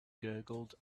gurgled